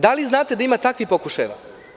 Da li znate da ima takvih pokušaja?